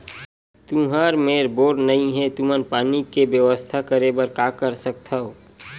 तुहर मेर बोर नइ हे तुमन पानी के बेवस्था करेबर का कर सकथव?